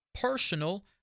personal